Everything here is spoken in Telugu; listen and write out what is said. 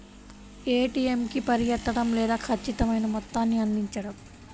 ఏ.టీ.ఎం కి పరిగెత్తడం లేదా ఖచ్చితమైన మొత్తాన్ని అందించడం